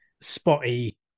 spotty